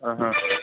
ఆహా